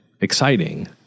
exciting